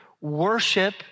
worship